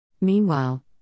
Meanwhile